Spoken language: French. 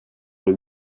part